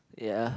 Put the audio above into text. ya